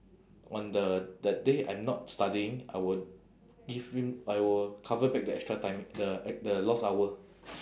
on the that day I'm not studying I will give him I will cover back the extra time the the lost hour